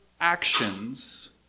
actions